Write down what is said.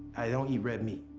i don't eat red meat,